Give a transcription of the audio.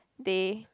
they